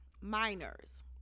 minors